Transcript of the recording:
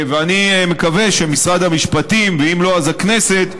אני מקווה שמשרד המשפטים, ואם לא, אז הכנסת,